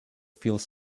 feels